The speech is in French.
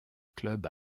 club